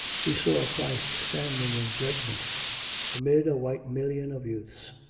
he saw christ standing in judgment amid a white million of youths.